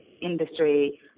industry